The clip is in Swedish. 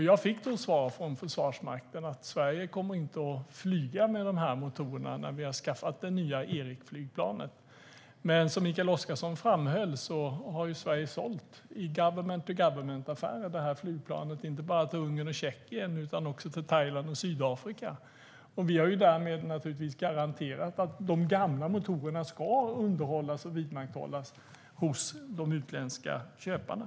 Jag fick då svar från Försvarsmakten: Sverige kommer inte att flyga med de motorerna när vi har skaffat det nya E-flygplanet. Men som Mikael Oscarsson framhöll har Sverige sålt, i government-to-government-affärer, det här flygplanet inte bara till Ungern och Tjeckien utan också till Thailand och Sydafrika. Vi har därmed naturligtvis garanterat att de gamla motorerna ska underhållas och vidmakthållas hos de utländska köparna.